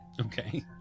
Okay